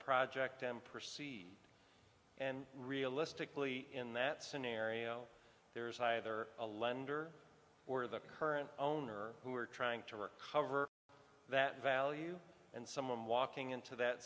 project and proceed and realistically in that scenario there's either a lender or the current owner who are trying to recover that value and someone walking into that